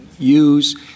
use